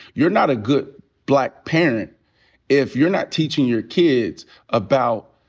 you're not a good black parent if you're not teaching your kids about,